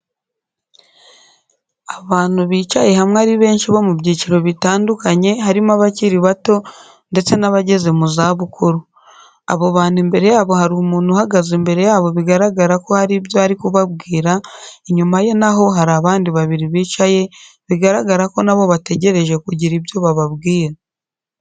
Abantu nicaye hamwe ari benshi bo mu byiciro bitandukanye harimo abakiri bato ndetse n'abageze mu zabukuru. Abo bantu imbere yabo hari umuntu uhagaze imbere yabo bigaragara ko hari ibyo ari kubabwira, inyuma ye naho, hari abandi babiri bicaye bigaragara ko nabo bategereje kugira ibyo bababwira.